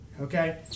Okay